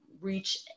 reach